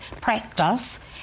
practice